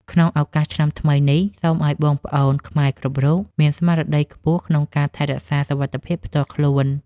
ក្នុងឱកាសឆ្នាំថ្មីនេះ សូមឱ្យបងប្អូនខ្មែរគ្រប់រូបមានស្មារតីខ្ពស់ក្នុងការថែរក្សាសុវត្ថិភាពផ្ទាល់ខ្លួន។